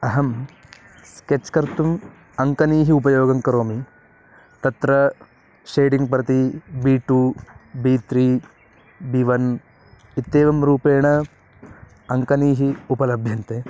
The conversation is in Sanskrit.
अहं स्केच् कर्तुम् अङ्कनीः उपयोगं करोमि तत्र शेडिङ्ग् प्रति B two B three B one इत्येवं रूपेण अङ्कनीः उपलभ्यन्ते